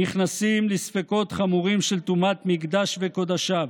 נכנסים לספקות חמורים של טומאת מקדש וקודשיו.